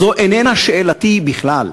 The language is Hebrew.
זו איננה שאלתי בכלל.